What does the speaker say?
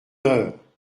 heure